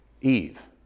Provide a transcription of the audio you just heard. Eve